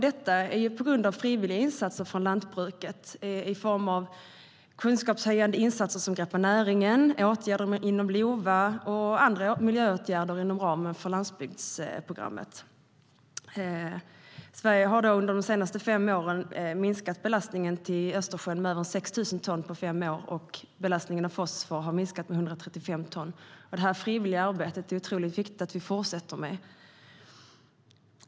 Detta beror på frivilliga insatser från lantbruket i form av kunskapshöjande insatser som Greppa näringen, åtgärder inom LOVA och andra miljöåtgärder inom ramen för landsbygdsprogrammet. Sverige har under de senaste fem åren minskat belastningen av kväve till Östersjön med över 6 000 ton på fem år, och belastningen av fosfor har minskat med 135 ton. Det är otroligt viktigt att vi fortsätter med detta frivilliga arbete.